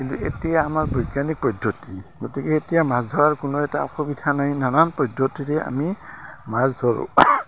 কিন্তু এতিয়া আমাৰ বৈজ্ঞানিক পদ্ধতি গতিকে এতিয়া মাছ ধৰাৰ কোনো এটা অসুবিধা নাই নানান পদ্ধতিৰে আমি মাছ ধৰোঁ